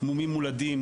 מומים מולדים,